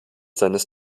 seines